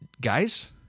guys